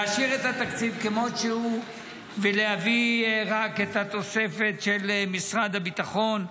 -- להשאיר את התקציב כמות שהוא ולהביא רק את התוספת של משרד הביטחון,